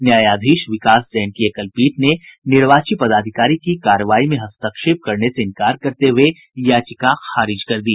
न्यायाधीश विकास जैन की एकल पीठ ने निर्वाची पदाधिकारी की कार्रवाई में हस्तक्षेप करने से इंकार करते हुए याचिका खारिज कर दी